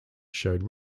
showed